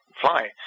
fly